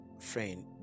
friend